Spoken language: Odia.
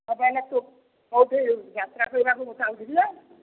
ତୁ ହଉଛି ଯାତ୍ରା କରିବାକୁ ଯାଉଛୁ କିରେ